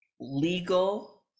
legal